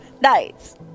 Nice